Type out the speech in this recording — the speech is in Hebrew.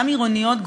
גם עירוניות,